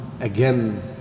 again